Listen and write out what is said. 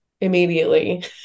immediately